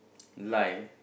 like